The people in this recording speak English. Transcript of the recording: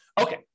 Okay